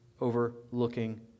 overlooking